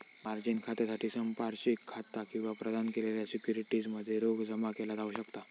margin खात्यासाठी संपार्श्विक खाता किंवा प्रदान केलेल्या सिक्युरिटीज मध्ये रोख जमा केला जाऊ शकता